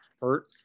hurt